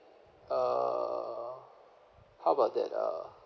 uh how about that uh